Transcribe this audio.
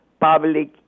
public